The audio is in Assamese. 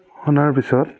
সানাৰ পিছত